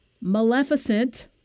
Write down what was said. maleficent